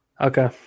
Okay